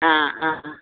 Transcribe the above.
ஆ ஆ